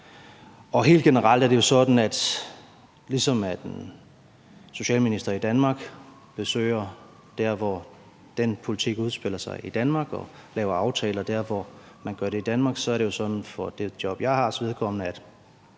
Helt generelt er det jo sådan, at ligesom en socialminister i Danmark besøger de steder, hvor den politik udspiller sig i Danmark, og laver aftaler der, hvor man gør det i Danmark, så er det jo sådan for mit vedkommende